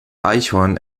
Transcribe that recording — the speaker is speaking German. eichhorn